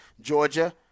Georgia